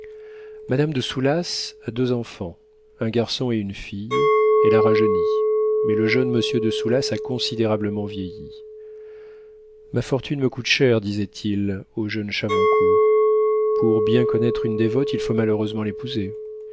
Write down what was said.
madame de soulas a deux enfants un garçon et une fille elle a rajeuni mais le jeune monsieur de soulas a considérablement vieilli ma fortune me coûte cher disait-il au jeune chavoncourt pour bien connaître une dévote il faut malheureusement l'épouser